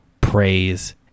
praise